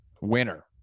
Winner